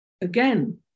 again